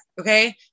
okay